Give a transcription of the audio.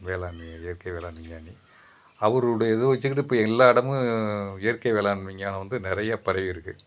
வேளாண்மையை இயற்கை வேளாண் விஞ்ஞானி அவருடைய இதை வச்சிக்கிட்டு இப்போ எல்லாம் இடமு இயற்கை வேளாண் விஞ்ஞானம் வந்து நிறைய பரவி இருக்குது